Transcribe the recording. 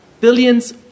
billions